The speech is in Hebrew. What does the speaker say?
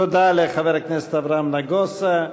תודה לחבר הכנסת אברהם נגוסה.